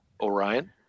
Orion